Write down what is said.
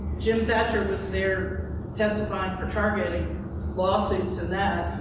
jim thatcher was there testifying for target lawsuits and that,